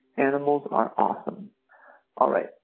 animals are awesome all right,